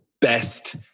best